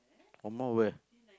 one more where